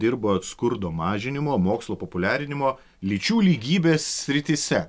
dirbot skurdo mažinimo mokslo populiarinimo lyčių lygybės srityse